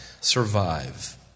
survive